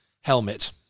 Helmet